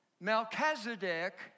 Melchizedek